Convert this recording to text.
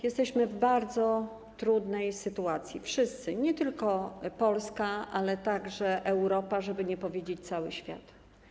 Jesteśmy w bardzo trudnej sytuacji - wszyscy, nie tylko Polska, ale także Europa, żeby nie powiedzieć: cały świat.